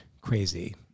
crazy